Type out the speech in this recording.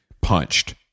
Punched